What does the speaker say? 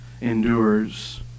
Endures